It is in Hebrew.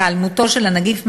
היעלמותו של הנגיף מהגוף,